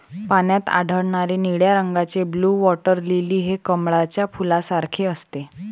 पाण्यात आढळणारे निळ्या रंगाचे ब्लू वॉटर लिली हे कमळाच्या फुलासारखे असते